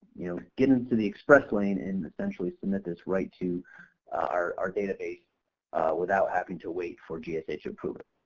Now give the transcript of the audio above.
you know get into the express lane and essentially submit this right to our database without having to wait for gsa to approve it.